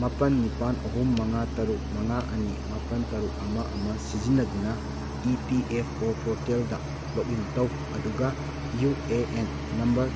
ꯃꯥꯄꯟ ꯅꯤꯄꯥꯟ ꯑꯍꯨꯝ ꯃꯉꯥ ꯇꯔꯨꯛ ꯃꯉꯥ ꯑꯅꯤ ꯃꯥꯄꯟ ꯇꯔꯨꯛ ꯑꯃ ꯑꯃ ꯁꯤꯖꯤꯟꯅꯗꯨꯅ ꯏ ꯄꯤ ꯑꯦꯐ ꯑꯣ ꯄꯣꯔꯇꯦꯜꯗ ꯂꯣꯛ ꯏꯟ ꯇꯧ ꯑꯗꯨꯒ ꯌꯨ ꯑꯦ ꯑꯦꯟ ꯅꯝꯕꯔ